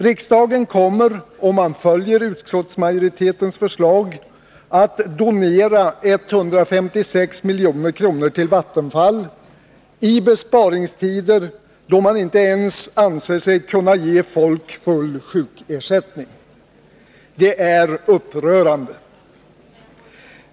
Riksdagen kommer, om man följer utskottsmajoritetens förslag, att donera 156 milj.kr. till Vattenfall i besparingstider, då man inte ens anser sig kunna ge folk full sjukersättning. Det är upprörande.